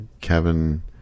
kevin